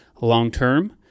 long-term